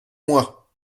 moi